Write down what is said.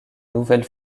nouvelle